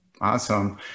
Awesome